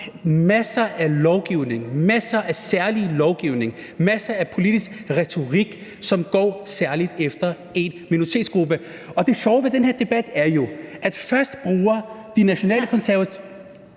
masser af lovgivning, masser af særlig lovgivning, masser af politisk retorik, som særlig går efter én minoritetsgruppe. Og det sjove ved den her debat er jo, at først bruger de nationalkonservative